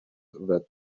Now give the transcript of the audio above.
that